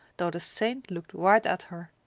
though the saint looked right at her!